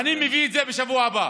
אני מביא את זה בשבוע הבא.